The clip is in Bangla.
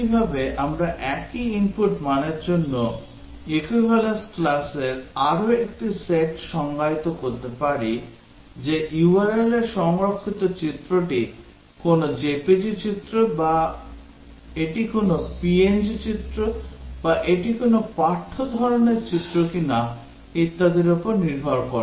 একইভাবে আমরা একই ইনপুট মানের জন্য equivalence classর আরও একটি সেট সংজ্ঞায়িত করতে পারি যে URL এ সংরক্ষিত চিত্রটি কোনও JPEG চিত্র বা এটি কোনও PNG চিত্র বা এটি কোনও পাঠ্য ধরণের চিত্র কিনা ইত্যাদির উপর নির্ভর করে